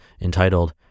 entitled